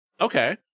Okay